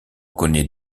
connaît